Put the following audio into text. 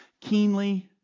keenly